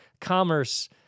commerce